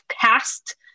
passed